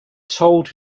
told